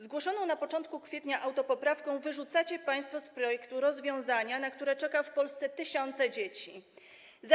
Zgłoszoną na początku kwietnia autopoprawką wyrzucacie państwo z projektu rozwiązania, na które czekają tysiące dzieci w Polsce.